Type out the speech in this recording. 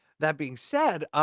that being said.